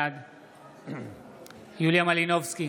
בעד יוליה מלינובסקי,